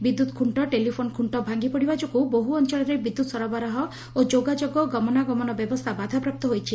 ବିଦ୍ୟୁତ୍ ଖକ୍ଷ ଟେଲିଫୋନ୍ ଖୁକ୍ଷ ଭାଙ୍ଗିପଡ଼ିବା ଯୋଗୁଁ ବହୁ ଅଞଳରେ ବିଦ୍ୟୁତ୍ ସରବରାହ ଓ ଯୋଗାଯୋଗ ଓ ଗମନାଗମନ ବ୍ୟବସ୍କା ବାଧାପ୍ରାପ୍ତ ହୋଇଛି